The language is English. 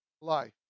life